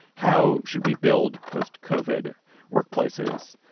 how should we build post covered workplaces?